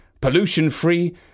pollution-free